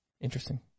Interesting